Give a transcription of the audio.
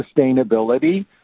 sustainability